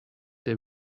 they